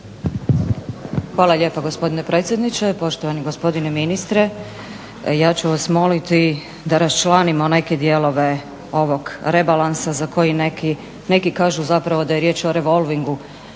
Hvala lijepa gospodine predsjedniče. Poštovani gospodine ministre ja ću vas moliti da raščlanimo neke dijelove ovog rebalansa za koji neki kažu zapravo da je riječ o revolvingu